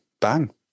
bang